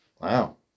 Wow